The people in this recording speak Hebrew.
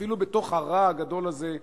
אפילו בתוך הרע הגדול הזה,